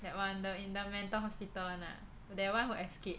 that one the in the mental hospital [one] ah that one who escape